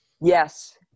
Yes